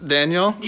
Daniel